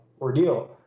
ordeal